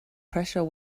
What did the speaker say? pressure